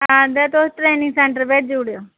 हां ते तुस ट्रेनिंग सेंटर देई ओड़ेओ